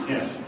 Yes